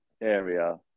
area